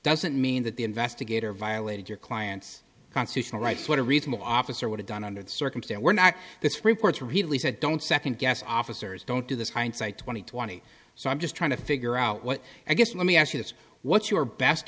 doesn't mean that the investigator violated your client's constitutional rights what a reasonable officer would have done under this circumstance were not this reports repeatedly said don't second guess officers don't do this hindsight twenty twenty so i'm just trying to figure out what i guess let me ask you this what's your best